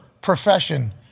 profession